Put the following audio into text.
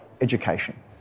education